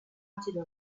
acido